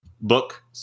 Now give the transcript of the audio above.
book